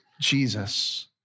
Jesus